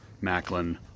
Macklin